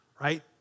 right